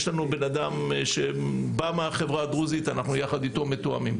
יש לנו אדם שמגיע מהחברה הדרוזית ואנחנו מתואמים יחד אתו.